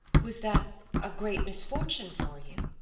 was that a great misfortune for you?